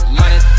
money